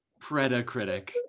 predacritic